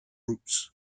routes